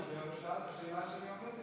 אמרתי את זה, אבל השאלה שלי עומדת.